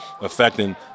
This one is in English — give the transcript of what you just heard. affecting